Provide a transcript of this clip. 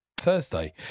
Thursday